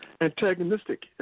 antagonistic